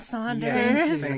Saunders